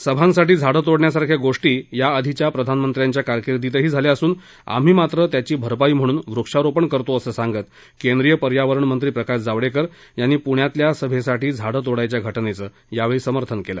सभांसाठी झाडं तोडण्यासारख्या गोष्टी या आधीच्या प्रधानमंत्र्यांच्या कारकिर्दीतही झाल्या असून आम्ही मात्र त्याची भरपाई म्हणून वृक्षारोपण करतो असं सांगत केंद्रिय पर्यावरण मंत्री प्रकाश जावडेकर यांनी पुण्यातल्या सभेसाठी झाडं तोडायच्या घटनेचं यावेळी समर्थन केलं